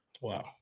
Wow